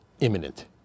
imminent